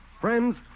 Friends